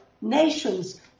nations